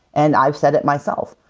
and i've said it myself.